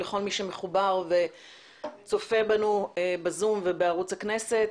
לכל מי שמחובר וצופה בנו ב-זום ובערוץ הכנסת.